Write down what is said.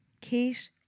Kate